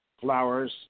flowers